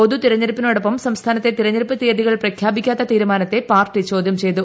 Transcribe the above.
പൊതൂത്തെർഞ്ഞെടുപ്പിനോടൊപ്പം സംസ്ഥാനത്തെ തെരഞ്ഞെടുപ്പ് തീയതീക്കൾ പ്രഖ്യാപിക്കാത്ത തീരുമാനത്തെ പാർട്ടി ചോദ്യം ചെയ്തു